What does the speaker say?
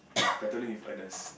battling with Earnest